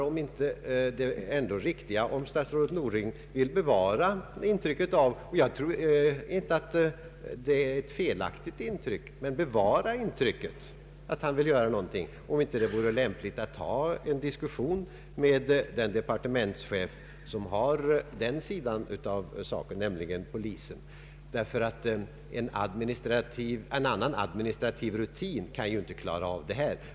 Om statsrådet Norling vill bevara intrycket — och jag tror inte att det är ett felaktigt intryck — att han vill göra något, då undrar jag om det ändå inte vore rimligt och lämpligt att diskutera saken med den departementschef som har hand om den sidan av problemet som gäller polisen. Enbart genom en annan administrativ rutin kan man inte klara av detta.